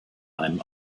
einem